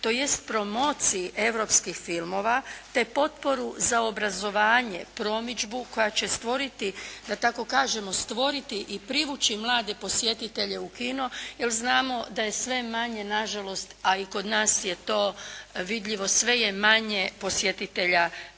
tj. promociji europskih filmova te potporu za obrazovanje, promidžbu koja će stvoriti, da tako kažemo stvoriti i privući mlade posjetitelje u kino, jer znamo da je sve manje nažalost a i kod nas je to vidljivo, sve je manje posjetitelja kino